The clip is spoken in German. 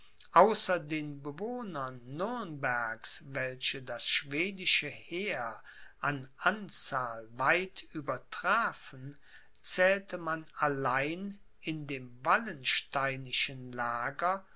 außer den bewohnern nürnbergs welche das schwedische heer an anzahl weit übertrafen zählte man allein in dem wallensteinischen lager